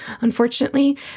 unfortunately